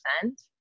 percent